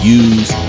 use